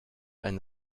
ein